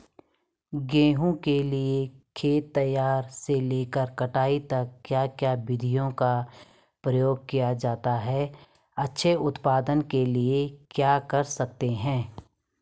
गेहूँ के लिए खेत तैयार से लेकर कटाई तक क्या क्या विधियों का प्रयोग किया जाता है अच्छे उत्पादन के लिए क्या कर सकते हैं?